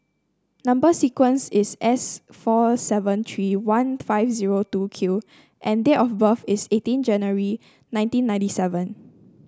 number sequence is S four seven three one five zero two Q and date of birth is eighteen January nineteen ninety seven